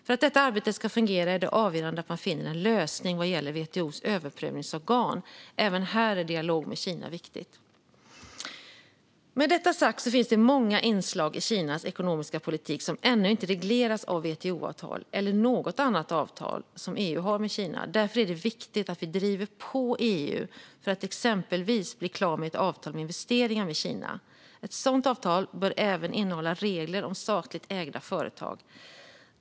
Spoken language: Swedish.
För att detta arbete ska fungera är det avgörande att man finner en lösning vad gäller WTO:s överprövningsorgan. Även här är dialog med Kina viktigt. Med detta sagt finns det många inslag i Kinas ekonomiska politik som ännu inte regleras av WTO-avtal eller något annat avtal som EU har med Kina. Därför är det viktigt att vi driver på för att EU exempelvis ska färdigställa ett avtal om investeringar med Kina. Ett sådant avtal bör även innehålla regler om statligt ägda företag.